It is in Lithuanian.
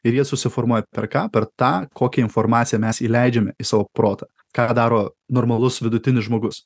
ir jie susiformuoja per ką per tą kokią informaciją mes įleidžiame į savo protą ką daro normalus vidutinis žmogus